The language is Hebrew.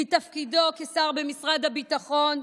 מתפקידו כשר במשרד הביטחון,